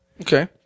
Okay